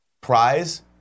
Prize